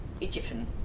Egyptian